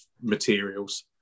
materials